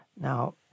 Now